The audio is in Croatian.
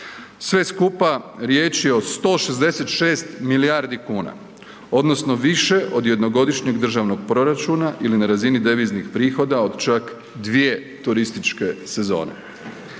Sve skupa riječ je o 166 milijardi kuna odnosno više od jednogodišnjeg državnog proračuna ili na razini deviznih prihoda od čak dvije turističke sezone.